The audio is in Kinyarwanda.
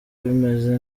bimeze